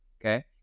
okay